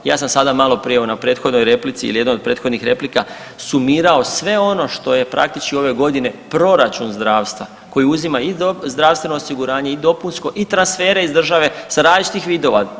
Ja sam sada malo prije na prethodnoj replici ili jednoj od prethodnih replika sumirao sve ono što je praktički ove godine proračun zdravstva koji uzima i zdravstveno osiguranje i dopunsko i transfere iz države sa različitih vidova.